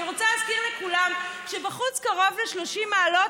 אני רוצה להזכיר לכולם שבחוץ קרוב ל-30 מעלות,